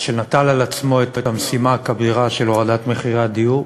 שנטל על עצמו את המשימה הכבירה של הורדת מחירי הדיור.